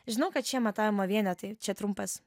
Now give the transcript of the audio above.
žinau kad šie matavimo vienetai čia trumpas